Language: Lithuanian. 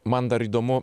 man dar įdomu